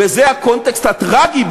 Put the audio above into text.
וזה הקונטקסט הטרגי,